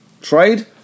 trade